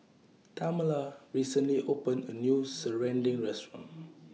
Tamala recently opened A New Serunding Restaurant